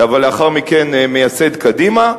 אבל לאחר מכן מייסד קדימה,